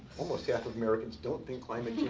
almost half of americans don't think climate